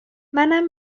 منم